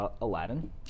Aladdin